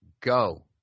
go